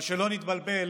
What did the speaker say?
אבל שלא נתבלבל,